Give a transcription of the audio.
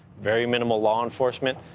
very minimal law enforcement.